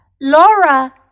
Laura